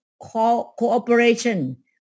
cooperation